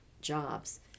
jobs